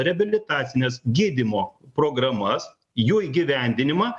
reabilitacines gydymo programas jų įgyvendinimą